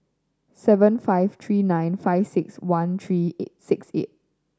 seven five three nine five six one three six eight